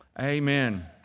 Amen